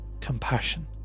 compassion